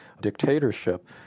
dictatorship